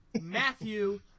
Matthew